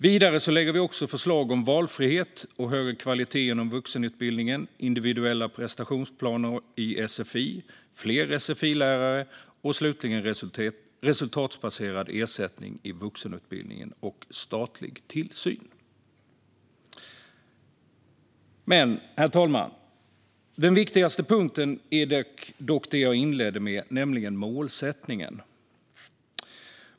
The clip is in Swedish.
Vidare lägger vi förslag om valfrihet och högre kvalitet inom vuxenutbildningen, individuella prestationsplaner i sfi, fler sfi-lärare, resultatbaserad ersättning i vuxenutbildningen och statlig tillsyn. Herr talman! Den viktigaste punkten är dock det jag inledde med, nämligen målsättningen.